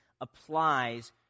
applies